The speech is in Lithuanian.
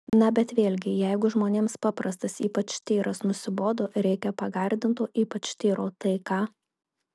na bet vėlgi jeigu žmonėms paprastas ypač tyras nusibodo reikia pagardinto ypač tyro tai ką